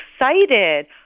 excited